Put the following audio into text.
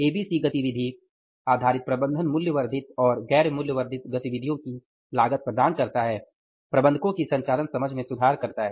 ABC गतिविधि आधारित प्रबंधन मूल्य वर्धित और गैर मूल्य वर्धित गतिविधियों की लागत प्रदान करता है प्रबंधकों की संचालन समझ में सुधार करता है